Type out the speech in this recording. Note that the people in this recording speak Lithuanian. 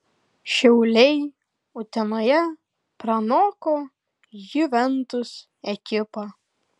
šiauliai utenoje pranoko juventus ekipą